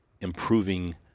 improving